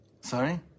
Sorry